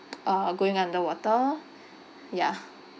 uh going underwater ya